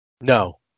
No